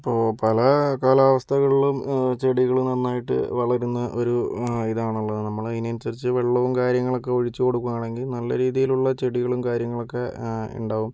അപ്പോൾ പല കാലാവസ്ഥകളിലും ചെടികൾ നന്നായിട്ട് വളരുന്ന ഒരു ഇതാണുള്ളത് നമ്മളതിന് അനുസരിച്ച് വെള്ളവും കാര്യങ്ങളൊക്കെ ഒഴിച്ചു കൊടുക്കുകയാണെങ്കിൽ നല്ല രീതിയിലുള്ള ചെടികളും കാര്യങ്ങളൊക്കെ ഉണ്ടാവും